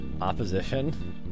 opposition